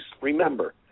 Remember